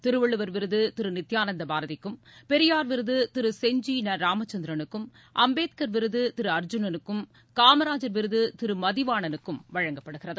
திருவள்ளுவர் விருது திரு நித்யானந்த பாரதிக்கும் பெரியார் விருது திரு செஞ்சி ந ராமச்சந்திரனுக்கும் அம்பேத்கர் விருது திரு அர்ஜுனனுக்கும் காமராஜர் விருது திரு மதிவாணனுக்கும் வழங்கப்படுகிறது